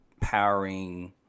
powering